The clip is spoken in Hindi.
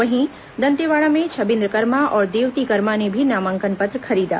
वहीं दंतेवाड़ा में छबिंद्र कर्मा और देवती कर्मा ने भी नामांकन पत्र खरीदा